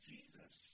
Jesus